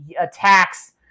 attacks